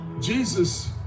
Jesus